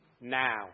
Now